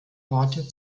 worte